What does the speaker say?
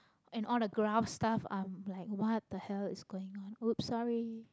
and all the graphs stuff are like what the hell is going on !whoops! sorry